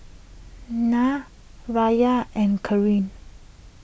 Nat Riya and Corinne